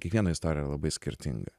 kiekviena istorija yra labai skirtinga